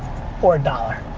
or a dollar.